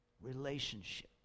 relationship